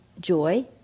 Joy